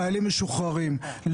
לחיילים משוחררים,